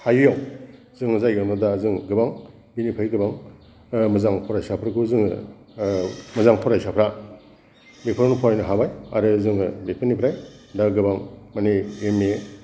हायियाव जोङो जायगायावनो दा गोबां बिनिफाय गोबां मोजां फरायसाफोरखौ जोङो मोजां फरायसाफोरा बेफोराव फरायनो हाबाय आरो जोङो बेफोरनिफ्राय दा गोबां माने एम ए